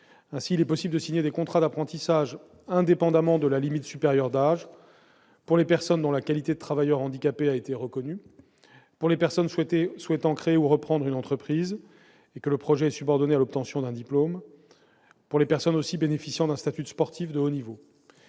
Ainsi, il est possible de signer des contrats d'apprentissage indépendamment de la limite supérieure d'âge pour les personnes dont la qualité de travailleur handicapé a été reconnue, pour les personnes souhaitant créer ou reprendre une entreprise, si le projet est subordonné à l'obtention d'un diplôme, ou encore pour les personnes bénéficiant d'un statut de sportif de haut niveau.